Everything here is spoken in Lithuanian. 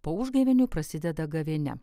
po užgavėnių prasideda gavėnia